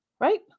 right